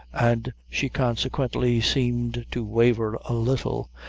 and she consequently seemed to waver a little,